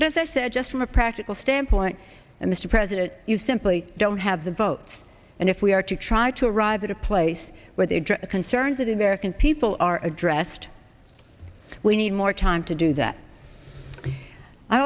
but as i said just from a practical standpoint and mr president you simply don't have the votes and if we are to try to arrive at a place where they address the concerns of the american people are addressed we need more time to do that